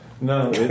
No